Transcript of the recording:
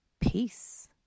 peace